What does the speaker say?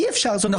אי-אפשר ---,